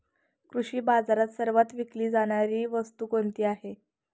कृषी बाजारात सर्वात विकली जाणारी वस्तू कोणती आहे?